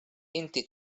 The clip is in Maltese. inti